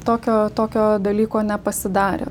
tokio tokio dalyko nepasidarę